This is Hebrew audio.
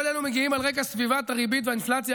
כל אלו מגיעים על רקע סביבת הריבית והאינפלציה